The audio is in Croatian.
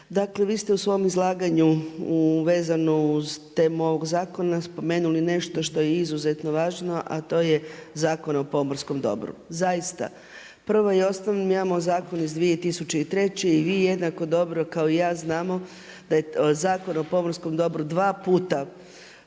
dakle, vi ste u svom izlaganju vezano uz temu ovog zakona, spomenuli nešto što je izuzetno važno, a to je Zakon o pomorskom dobru. Zaista, prvo i osnovno, mi imamo zakon iz 2003. i vi jednako dobro kao i ja znamo da je Zakon o pomorskom dobru, 2 puta,